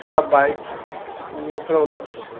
তারা বাইক নিয়ে ছাড়া অন্য কিছু